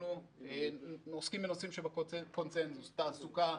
אנחנו עוסקים בנושאים שבקונצנזוס: תעסוקה,